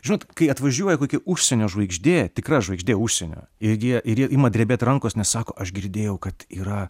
žinot kai atvažiuoja kokia užsienio žvaigždė tikra žvaigždė užsienio ir jie ir jie ima drebėt rankos nes sako aš girdėjau kad yra